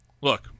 look